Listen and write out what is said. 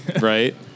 right